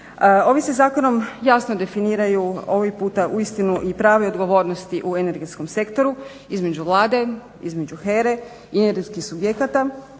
Ovim se zakonom jasno definiraju ovaj puta uistinu i prave odgovornosti u energetskom sektoru, između Vlade, između HER-e i energetskih subjekata